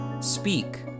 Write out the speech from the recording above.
Speak